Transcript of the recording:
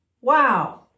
Wow